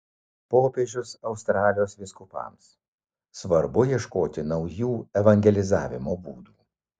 popiežius australijos vyskupams svarbu ieškoti naujų evangelizavimo būdų